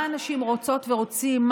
מה אנשים רוצות ורוצים,